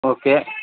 okay